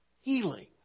Healing